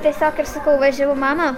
tiesiog ir sakau važiavau mama